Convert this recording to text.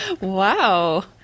Wow